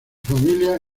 familia